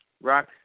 Rock